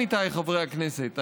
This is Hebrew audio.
עמיתיי חברי הכנסת,